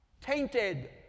Tainted